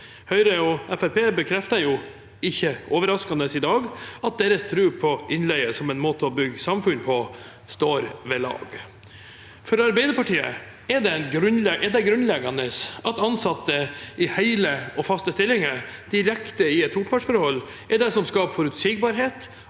bekrefter ikke overraskende i dag at deres tro på innleie som en måte å bygge samfunnet på, står ved lag. For Arbeiderpartiet er det grunnleggende at ansatte i hele og faste stillinger i et direkte topartsforhold er det som skaper forutsigbarhet